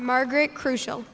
margaret crucial